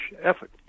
effort